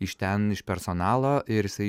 iš ten iš personalo ir jisai